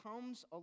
comes